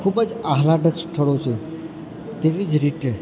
ખૂબ જ આહલાદક સ્થળો છે તેવી જ રીતે